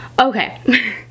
Okay